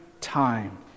time